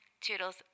toodles